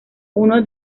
uno